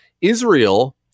Israel